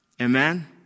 amen